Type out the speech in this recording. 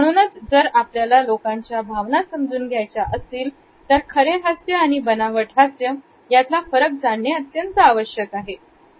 म्हणूनच जर आपल्याला लोकांच्या भावना समजून घ्यायचे असतील तर खरे हास्य आणि बनावट हास्य यातला फरक जाणणे अत्यंत आवश्यक आहे